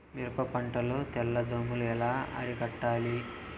మిరప పంట లో తెల్ల దోమలు ఎలా అరికట్టాలి?